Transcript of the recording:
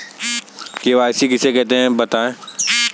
KYC किसे कहते हैं बताएँ?